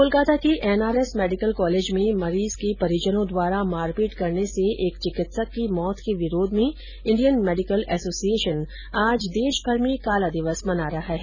कोलकाता के NRS medical college में मरीज के परिजनों द्वारा मारपीट करने से एक चिकित्सक की मौत के विरोध में इंडियन मेडिकल एसोसिएशन आज देश भर में काला दिवस मना रहा है